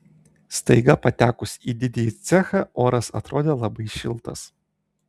staiga patekus į didįjį cechą oras atrodė labai šiltas